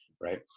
Right